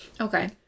Okay